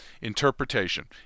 Interpretation